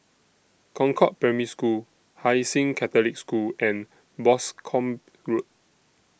Concord Primary School Hai Sing Catholic School and Boscombe Road